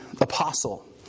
apostle